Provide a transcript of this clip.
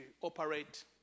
operate